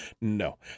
No